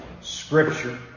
Scripture